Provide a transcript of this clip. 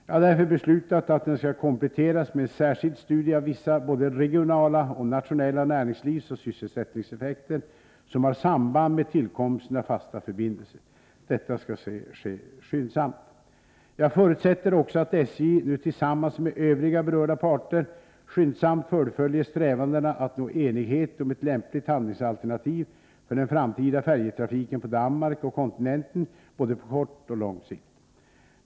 Jag har därför beslutat att den skall kompletteras med en särskild studie av vissa både regionala och nationella näringslivsoch sysselsättningseffekter som har samband med tillkomsten av fasta förbindelser. Detta skall ske skyndsamt. Jag förutsätter också att SJ nu tillsammans med övriga berörda parter skyndsamt fullföljer strävandena att nå enighet om ett lämpligt handlingsalternativ för den framtida färjetrafiken på Danmark och kontinenten både på kort och på lång sikt.